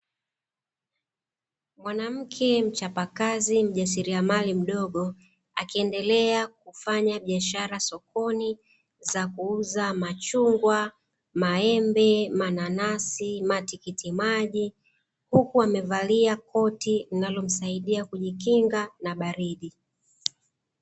Mwanamke mchapakazi mjasiriamali mdogo akiendelea kufanya biashara sokoni za kuuza machungwa, maembe, mananasi, matikiti maji huku amevalia koti linalomsaidia kujikinga na baridi.